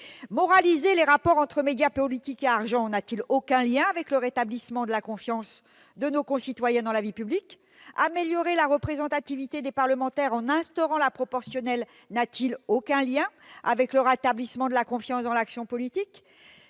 Moraliser les rapports entre médias, politique et argent n'a-t-il aucun lien avec le rétablissement de la confiance de nos concitoyens dans la vie publique ? Améliorer la représentativité des parlementaires en instaurant la proportionnelle, cela n'a-t-il aucun lien avec le rétablissement de la confiance dans l'action publique ?